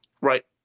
right